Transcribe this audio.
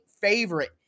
favorite